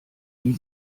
die